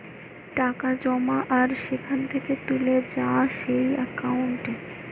টাকা জমা আর সেখান থেকে তুলে যায় যেই একাউন্টে